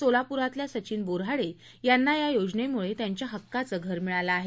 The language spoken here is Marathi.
सोलापुरातल्या सचिन बो हाडे यांना या योजनेमुळे यांच्या हक्काचं घर मिळालं आहे